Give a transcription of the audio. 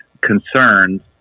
concerns